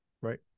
Right